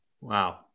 Wow